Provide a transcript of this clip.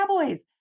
Cowboys